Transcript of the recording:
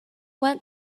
went